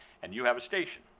and you have a station.